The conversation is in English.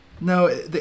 No